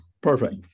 Perfect